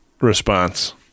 response